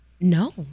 No